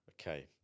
Okay